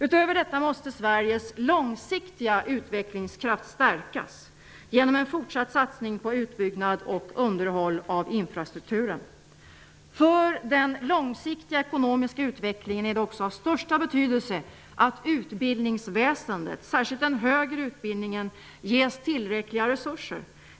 Utöver detta måste Sveriges långsiktiga utvecklingskraft stärkas genom en fortsatt satsning på utbyggnad och underhåll av infrastrukturen. För den långsiktiga ekonomiska utvecklingen är det också av största betydelse att utbildningsväsendet, särskilt den högre utbildningen, ges tillräckliga resurser.